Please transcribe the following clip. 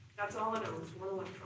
that's all it owns, one